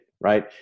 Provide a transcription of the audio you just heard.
Right